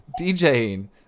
DJing